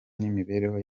n’imibereho